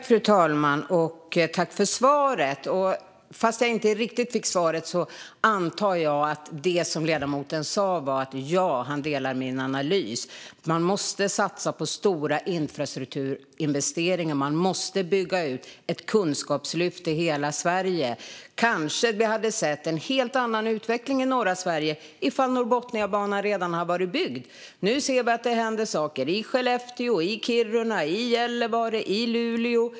Fru talman! Tack för svaret, Lars Hjälmered! Fast jag inte riktigt fick svar antar jag att det som ledamoten sa var att han delar min analys att man måste satsa på stora infrastrukturinvesteringar och bygga ut ett kunskapslyft i hela Sverige. Kanske hade vi sett en helt annan utveckling i norra Sverige ifall Norrbotniabanan redan hade varit byggd. Nu ser vi att det händer saker i Skellefteå, Kiruna, Gällivare och Luleå.